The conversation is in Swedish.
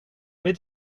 vet